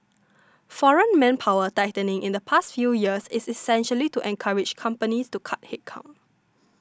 foreign manpower tightening in the past few years is essentially to encourage companies to cut headcount